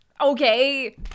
Okay